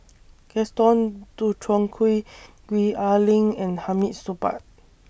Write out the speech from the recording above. Gaston Dutronquoy Gwee Ah Leng and Hamid Supaat